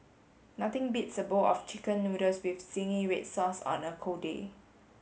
nothing beats a bowl of chicken noodles with zingy red sauce on a cold day